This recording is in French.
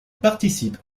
participe